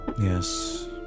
Yes